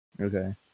okay